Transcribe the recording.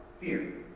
Fear